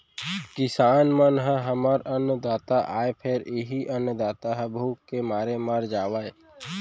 किसान मन ह हमर अन्नदाता आय फेर इहीं अन्नदाता ह भूख के मारे मर जावय